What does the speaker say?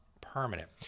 permanent